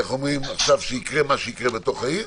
ועכשיו שיקרה מה שיקרה בתוך עיר,